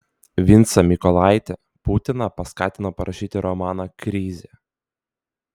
vincą mykolaitį putiną paskatino parašyti romaną krizė